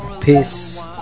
Peace